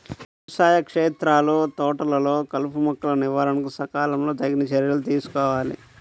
వ్యవసాయ క్షేత్రాలు, తోటలలో కలుపుమొక్కల నివారణకు సకాలంలో తగిన చర్యలు తీసుకోవాలి